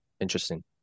interesting